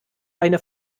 eine